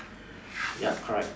yup correct